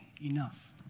enough